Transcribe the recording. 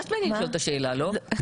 ביקשת ממני לשאול את השאלה, לא?